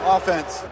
Offense